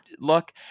look